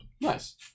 Nice